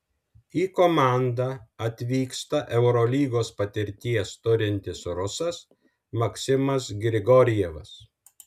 į komandą atvyksta eurolygos patirties turintis rusas maksimas grigorjevas